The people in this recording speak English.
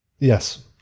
yes